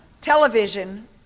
Television